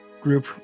group